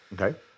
Okay